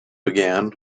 began